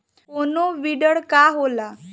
कोनो बिडर का होला?